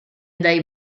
dai